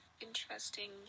interesting